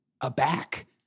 aback